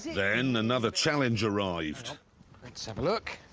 then another challenge arrived. let's have a look.